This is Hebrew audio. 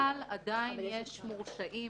אבל עדיין יש מורשעים